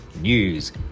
news